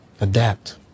Adapt